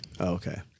Okay